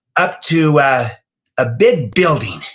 up to a ah big building.